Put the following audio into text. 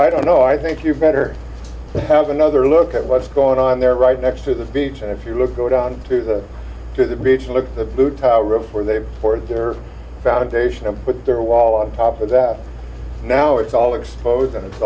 i don't know i think you better have another look at what's going on there right next to the beach and if you look go down to the to the beach and look at the boot river where they've poured their foundation and put their wall on top of that now it's all exposed and it's